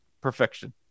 Perfection